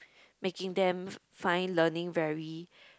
making them find learning very